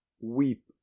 weep